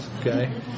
okay